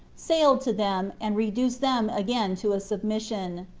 sailed to them, and reduced them again to a submission.